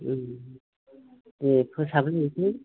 उम दे फोसाबहैग्रोदो